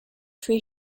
three